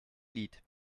lied